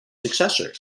successor